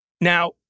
Now